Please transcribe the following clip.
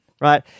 right